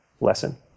lesson